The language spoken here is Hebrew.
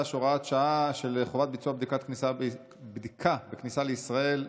(הוראת שעה) (חובת ביצוע בדיקה בכניסה לישראל)